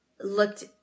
looked